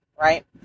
right